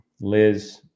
Liz